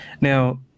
Now